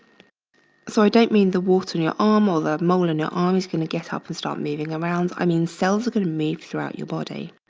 so i don't mean the wart in your arm or the mole in your arm is gonna get up and start moving around. i mean cells are gonna move throughout your body.